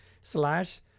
slash